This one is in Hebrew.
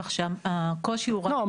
כך שהקושי הוא --- לא,